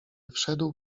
wszedł